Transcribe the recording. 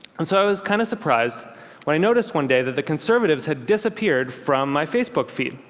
and so i was kind of surprised when i noticed one day that the conservatives had disappeared from my facebook feed.